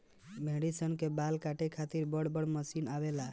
भेड़ी सन के बाल काटे खातिर बड़ बड़ मशीन आवेला